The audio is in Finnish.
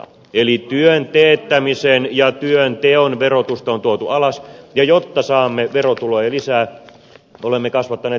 eli työn teettämisen ja työnteon verotusta on tuotu alas ja jotta saamme verotuloja lisää olemme kasvattaneet kulutusverotusta